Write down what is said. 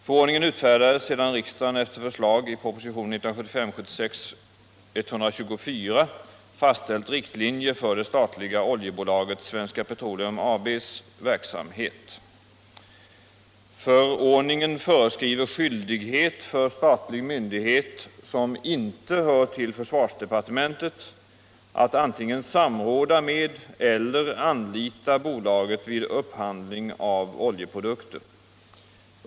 Förordningen utfärdades sedan riksdagen efter förslag i propositionen 1975/76:124 fastställt riktlinjer för det statliga oljebolaget Svenska Petroleum AB:s verksamhet. Förordningen föreskriver skyldighet för statlig myndighet som inte hör till försvarsdepartementet att antingen samråda med eller anlita bolaget vid upphandling av oljeprodukter.